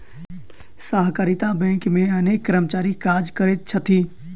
सहकारिता बैंक मे अनेक कर्मचारी काज करैत छथि